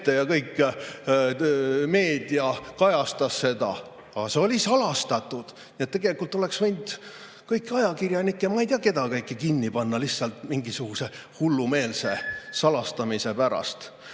ja kogu meedia kajastas seda. Aga see oli salastatud, nii et tegelikult oleks võinud ajakirjanikud ja ma ei tea kes kõik veel kinni panna lihtsalt mingisuguse hullumeelse salastamise pärast.